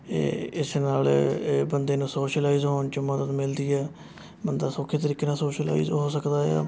ਇਹ ਇਸ ਨਾਲ਼ ਏ ਬੰਦੇ ਨੂੰ ਸ਼ੋਸ਼ਲਾਇਜ਼ ਹੋਣ ਵਿੱਚ ਮਦਦ ਮਿਲਦੀ ਹੈ ਬੰਦਾ ਸੌਖੇ ਤਰੀਕੇ ਨਾਲ਼ ਸ਼ੋਸ਼ਲਾਇਜ਼ ਹੋ ਸਕਦਾ ਏ ਆ